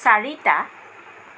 চাৰিটা